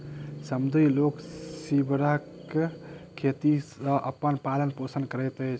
समुद्री लोक सीवरक खेती सॅ अपन पालन पोषण करैत अछि